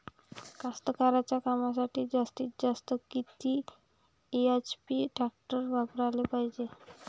कास्तकारीच्या कामासाठी जास्तीत जास्त किती एच.पी टॅक्टर वापराले पायजे?